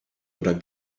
oder